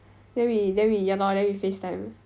then we then we ya lor then we facetime